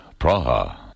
Praha